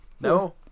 No